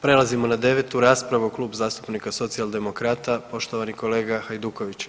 Prelazimo na devetu raspravu Klub zastupnika Socijaldemokrata poštovani kolega Hajduković.